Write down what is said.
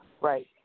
Right